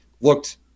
looked